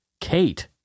Kate